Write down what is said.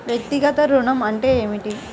వ్యక్తిగత ఋణం అంటే ఏమిటి?